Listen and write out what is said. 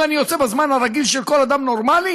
אם אני יוצא בזמן הרגיל של כל אדם נורמלי,